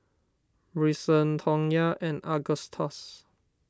Brycen Tonya and Agustus